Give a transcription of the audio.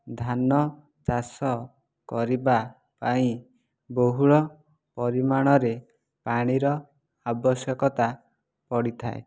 ଧାନ ଚାଷ କରିବା ପାଇଁ ବହୁଳ ପରିମାଣରେ ପାଣିର ଆବଶ୍ୟକତା ପଡ଼ିଥାଏ